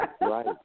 Right